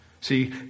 See